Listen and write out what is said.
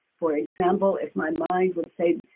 for example, if my mind would say,